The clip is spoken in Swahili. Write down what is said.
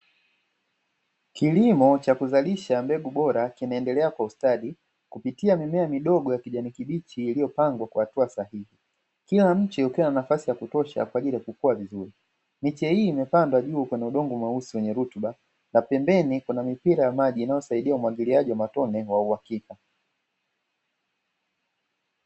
Kilimo cha kuzalisha mbegu bora kinaendelea kwa ustadi, kupitia mimea midogo ya kijani kibichi iliyopangwa kwa hatua sahihi, kila mche ukiwa na nafasi ya kutosha kwa ajili ya kukua vizuri. Miche hii imepandwa juu kwenye udongo mweusi wenye rutuba, na pembeni kuna mpira wa maji inayosaidia umwagiliaji wa matone wa uhakika.